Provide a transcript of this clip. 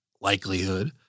likelihood